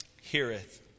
heareth